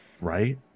Right